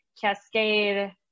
Cascade